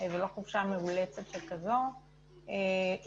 וגם את האנשים שהיו מועסקים אך נעדרו